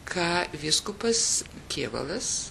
ką vyskupas kėvalas